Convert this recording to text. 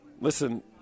Listen